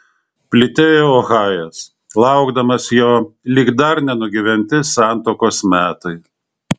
plytėjo ohajas laukdamas jo lyg dar nenugyventi santuokos metai